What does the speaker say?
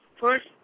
first